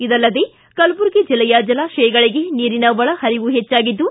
ಇದಲ್ಲದೆ ಕಲಬುರಗಿ ಜಿಲ್ಲೆಯ ಜಲಾಶಯಗಳಿಗೆ ನೀರಿನ ಒಳಹರಿವು ಹೆಚ್ಚಾಗಿದ್ದು